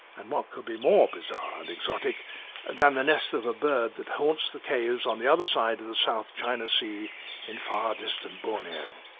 and what could be more bizarre and exotic than the nests of a bird that haunts the caves on the other side of the south china sea in far distant borneo.